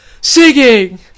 singing